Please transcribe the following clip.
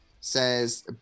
says